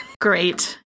Great